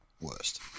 Worst